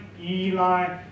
Eli